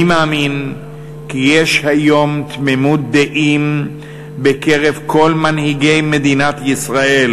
אני מאמין כי יש היום תמימות דעים בקרב כל מנהיגי מדינת ישראל,